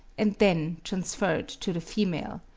and then transferred to the female.